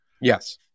Yes